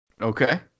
Okay